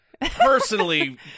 personally